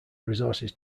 resources